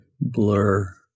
blur